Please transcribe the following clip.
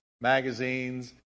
magazines